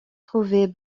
trouver